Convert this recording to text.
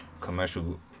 commercial